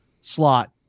slot